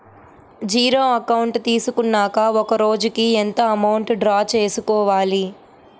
Zero account తీసుకున్నాక ఒక రోజుకి ఎంత అమౌంట్ డ్రా చేసుకోవాలి?